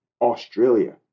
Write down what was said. Australia